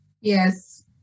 Yes